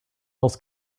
else